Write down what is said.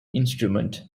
instrument